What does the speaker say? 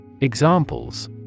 Examples